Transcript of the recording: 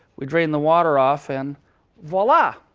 we drain the water off, and voila!